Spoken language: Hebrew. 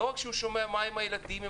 שומע מה עם הילדים,